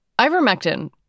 Ivermectin